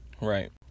Right